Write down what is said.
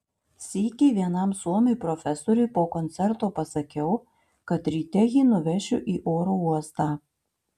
sykį vienam suomiui profesoriui po koncerto pasakiau kad ryte jį nuvešiu į oro uostą